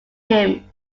him